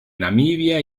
namibia